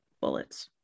bullets